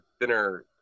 thinner